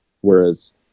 whereas